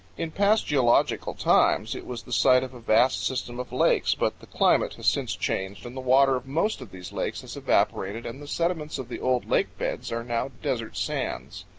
in past geological times it was the site of a vast system of lakes, but the climate has since changed and the water of most of these lakes has evaporated and the sediments of the old lake beds are now desert sands.